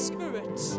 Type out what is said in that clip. Spirit